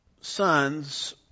sons